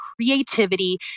creativity